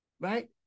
right